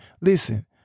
Listen